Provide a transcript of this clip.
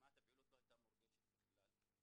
וכמעט הפעילות לא הייתה מורגשת בכלל.